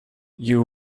you